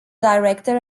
director